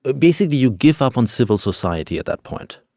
ah basically, you give up on civil society at that point.